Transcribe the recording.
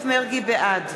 בעד